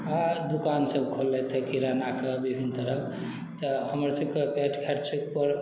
आर दुकान सब खोललथि हँ किराना के विभिन्न तरहक तऽ हमर सभक पर